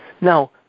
Now